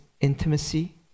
intimacy